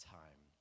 time